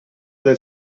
del